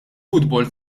futbol